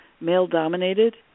male-dominated